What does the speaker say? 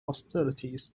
hostilities